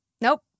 Nope